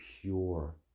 pure